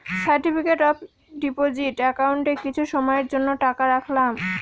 certificate of deposit একাউন্টে কিছু সময়ের জন্য টাকা রাখলাম